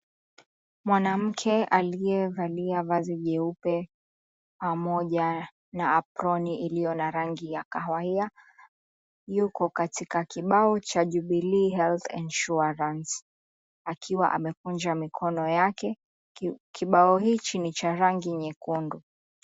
Mwanamke aliyevalia vazi jeupe pamoja na aproni ilio na rangi ya kahawia yuko katika kibao cha Jubilee Health Insurance akiwa amekunja mikono yake. Kibao hichi ni cha rangi nyekundu.